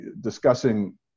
discussing